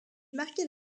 marquait